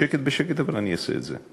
בשקט בשקט, אבל אני אעשה את זה.